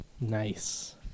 Nice